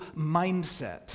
mindset